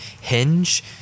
hinge